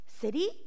city